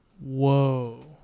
whoa